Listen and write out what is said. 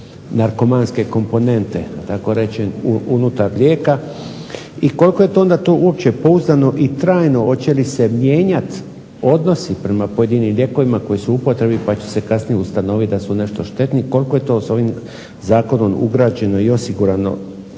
narkomanske komponente da tako rečem unutar lijeka i koliko je to onda to uopće pouzdano i trajno. Hoće li se mijenjati odnosi prema pojedinim lijekovima koji su u upotrebi pa će se kasnije ustanoviti da su nešto štetni. Koliko je to sa ovim zakonom ugrađeno i osigurano